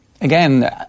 again